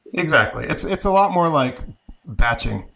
exactly. it's it's a lot more like batching,